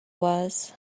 was